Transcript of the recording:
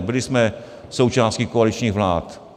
Byli jsme součástí koaličních vlád.